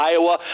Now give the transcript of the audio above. Iowa